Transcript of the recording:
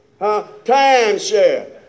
Timeshare